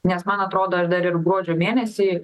nes man atrodo ir dar ir gruodžio mėnesį